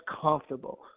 comfortable